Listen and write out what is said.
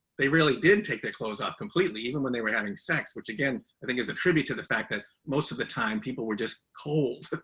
they really didn't take their clothes off completely, even when they were having sex, which again, i think is attributed to the fact that most of the time people were just cold. john